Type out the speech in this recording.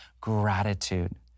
gratitude